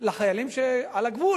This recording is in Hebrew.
מאה אחוז.